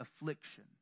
affliction